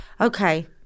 okay